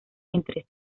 entre